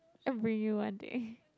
I bring you one day